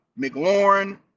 McLaurin